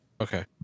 Okay